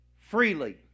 freely